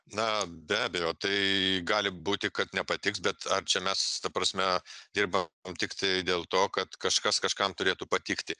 na be abejo tai gali būti kad nepatiks bet ar čia mes ta prasme dirbam tiktai dėl to kad kažkas kažkam turėtų patikti